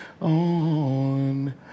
on